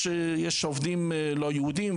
יש עובדים לא יהודים,